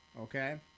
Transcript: Okay